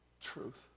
truth